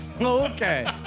Okay